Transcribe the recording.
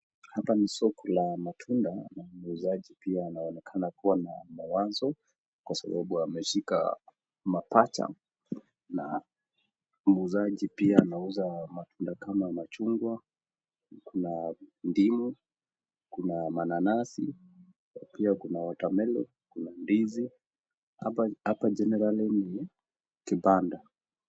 Hapa ni soko la matunda na mwuzaji pia anaonekana mwenye mawazo kwa sababu ameshika mapaja na mwuzaji pia anauza matunda machungwa na ndimu kuna mananasi na pia kuna [water melon] kuna ndizi. Hapa [generally] ni kibanda.